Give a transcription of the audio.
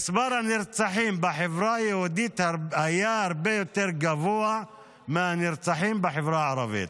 מספר הנרצחים בחברה היהודית היה הרבה יותר גבוה מהנרצחים בחברה הערבית.